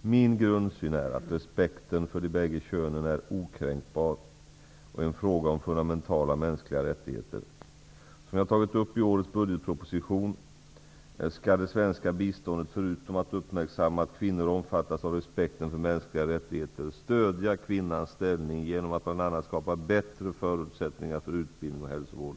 Min grundsyn är att respekten för de bägge könen är okränkbar och en fråga om fundamentala mänskliga rättigheter. Som jag tagit upp i årets budgetproposition skall det svenska biståndet, förutom att uppmärksamma att kvinnor omfattas av respekten för mänskliga rättigheter, stödja kvinnans ställning genom att bl.a. skapa bättre förutsättningar för utbildning och hälsovård.